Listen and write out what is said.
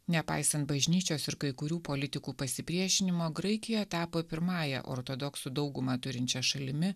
nepaisant bažnyčios ir kai kurių politikų pasipriešinimo graikija tapo pirmąja ortodoksų daugumą turinčia šalimi